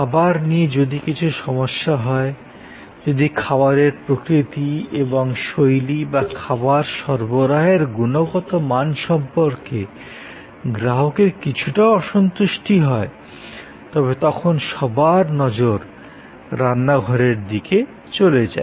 খাবার নিয়ে যদি কিছু সমস্যা হয় যদি খাবারের প্রকৃতি এবং শৈলী বা খাবার সরবরাহের গুণগত মান সম্পর্কে গ্রাহকের কিছুটাও অসন্তুষ্টি হয় তবে তখন সবার নজর রান্নাঘরের দিকে চলে যায়